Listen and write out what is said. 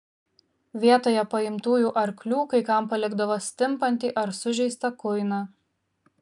vietoje paimtųjų arklių kai kam palikdavo stimpantį ar sužeistą kuiną